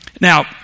Now